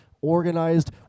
organized